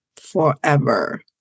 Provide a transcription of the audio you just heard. forever